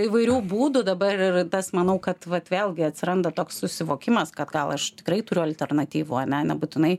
įvairių būdų dabar ir tas manau kad vat vėlgi atsiranda toks susivokimas kad gal aš tikrai turiu alternatyvų ane nebūtinai